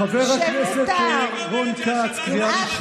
חבריי חברי הכנסת, נא להירגע.